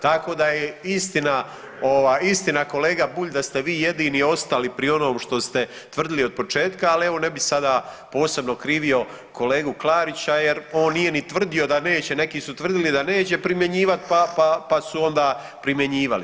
Tako da je istina ovaj istina kolega Bulj da ste vi jedini ostali pri onom što ste tvrdili od početka, ali evo ne bih sada posebno krivio kolegu Klarića, jer on nije ni tvrdio da neće, neki su tvrdili da neće primjenjivati pa su onda primjenjivali.